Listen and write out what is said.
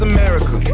America